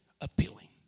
appealing